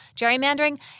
gerrymandering